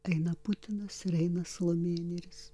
eina putinas ir eina salomėja nėris